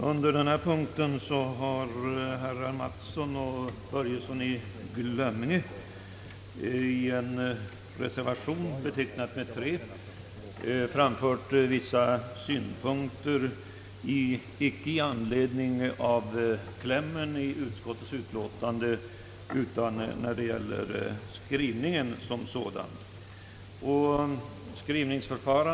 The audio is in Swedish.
Herr talman! Under denna punkt har herrar Mattsson och Börjesson i Glömminge i en reservation, betecknad med 3, framfört vissa synpunkter icke i anledning av klämmen i utskottsutlåtandet utan när det gäller skrivningen som sådan.